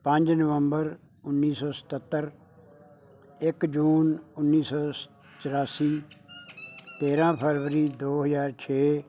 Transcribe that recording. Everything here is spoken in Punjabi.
ਪੰਜ ਨਵੰਬਰ ਉੱਨੀ ਸੌ ਸਤੱਤਰ ਇੱਕ ਜੂਨ ਉੱਨੀ ਸੌ ਚੁਰਾਸੀ ਤੇਰਾਂ ਫਰਵਰੀ ਦੋ ਹਜ਼ਾਰ ਛੇ